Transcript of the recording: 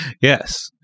Yes